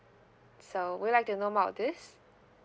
so would like to know more about this